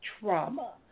trauma